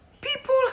people